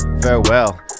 farewell